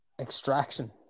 Extraction